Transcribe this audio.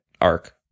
arc